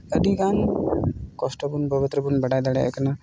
ᱟᱹᱰᱤᱜᱟᱱ ᱠᱚᱥᱴᱚ ᱠᱚ ᱡᱚᱛᱚ ᱵᱚᱱ ᱵᱟᱲᱟᱭ ᱫᱟᱲᱮᱭᱟᱜ ᱠᱟᱱᱟ